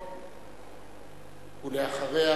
ולאחריה,